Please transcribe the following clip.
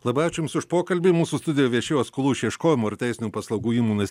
labai ačiū jums už pokalbį mūsų studijoj viešėjo skolų išieškojimo ir teisinių paslaugų įmonės